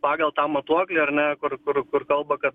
pagal tą matuoklį ar ne kur kur kur kalba kad